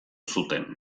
zuten